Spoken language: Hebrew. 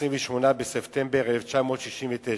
התש"ל, 28 בספטמבר 1969,